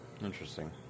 Interesting